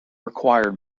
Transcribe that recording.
required